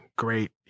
great